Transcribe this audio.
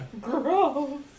Gross